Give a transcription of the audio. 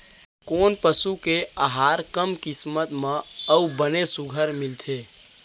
कोन पसु के आहार कम किम्मत म अऊ बने सुघ्घर मिलथे?